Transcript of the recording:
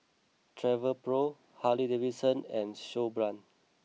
Travelpro Harley Davidson and Snowbrand